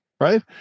right